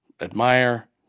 admire